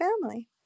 family